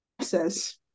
says